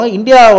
India